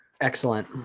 excellent